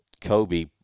Kobe